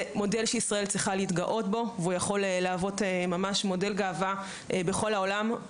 זה מודל שישראל צריכה להתגאות בו והוא יכול להוות ממש מודל לכל העולם.